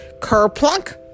Ker-plunk